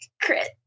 crit